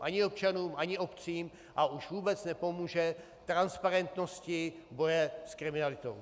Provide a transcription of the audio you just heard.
Ani občanům ani obcím a už vůbec nepomůže transparentnosti boje s kriminalitou.